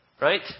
right